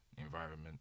Environment